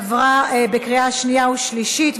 עברה בקריאה שנייה ושלישית,